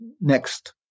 next